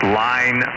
line